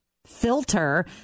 filter